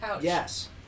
yes